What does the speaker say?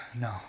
no